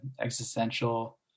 existential